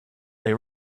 they